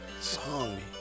song